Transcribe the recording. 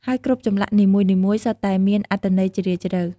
ហើយគ្រប់ចម្លាក់នីមួយៗសុទ្ធតែមានអត្ថន័យជ្រាលជ្រៅ។